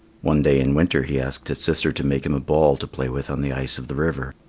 one day in winter he asked his sister to make him a ball to play with on the ice of the river.